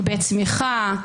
בצמיחה,